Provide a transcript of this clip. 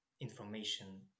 information